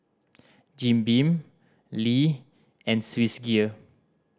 Jim Beam Lee and Swissgear